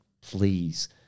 Please